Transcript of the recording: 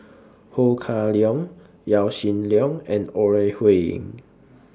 Ho Kah Leong Yaw Shin Leong and Ore Huiying